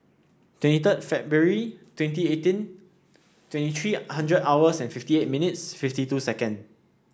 twenty third February twenty eighteen twenty three hundred hours and fifty eight minutes fifty two seconds